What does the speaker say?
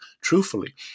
truthfully